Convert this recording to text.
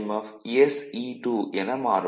F sE2 என மாறும்